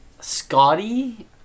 Scotty